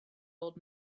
old